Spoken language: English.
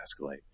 escalate